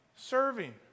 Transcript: serving